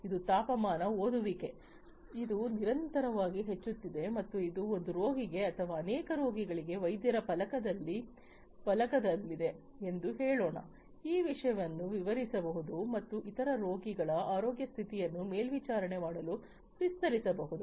ಇದು ತಾಪಮಾನ ಓದುವಿಕೆ ಇದು ನಿರಂತರವಾಗಿ ಹೆಚ್ಚುತ್ತಿದೆ ಮತ್ತು ಇದು ಒಂದು ರೋಗಿಗೆ ಅಥವಾ ಅನೇಕ ರೋಗಿಗಳಿಗೆ ವೈದ್ಯರ ಫಲಕದಲ್ಲಿದೆ ಎಂದು ಹೇಳೋಣ ಈ ವಿಷಯವನ್ನು ವಿಸ್ತರಿಸಬಹುದು ಮತ್ತು ಇತರ ರೋಗಿಗಳ ಆರೋಗ್ಯ ಸ್ಥಿತಿಯನ್ನು ಮೇಲ್ವಿಚಾರಣೆ ಮಾಡಲು ವಿಸ್ತರಿಸಬಹುದು